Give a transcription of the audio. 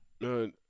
No